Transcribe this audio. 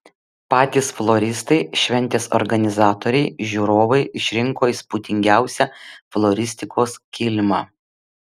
patys floristai šventės organizatoriai žiūrovai išrinko įspūdingiausią floristikos kilimą